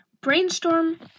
brainstorm